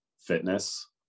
fitness